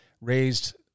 raised